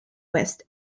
west